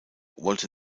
wollte